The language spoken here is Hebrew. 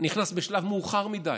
נכנס בשלב מאוחר מדי,